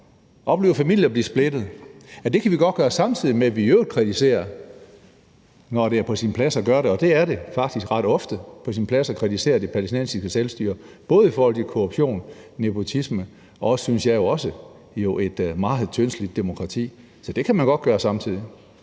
oplever familier blive splittet. Og det kan vi godt gøre, samtidig med at vi i øvrigt, når det er på sin plads at gøre det – og det er faktisk ret ofte på sin plads – kritiserer det palæstinensiske selvstyre, både i forhold til korruption, nepotisme og, synes jeg jo også, et meget tyndslidt demokrati. Så det kan man godt gøre samtidig.